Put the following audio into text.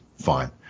fine